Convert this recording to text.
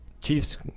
Chiefs